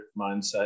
mindset